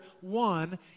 one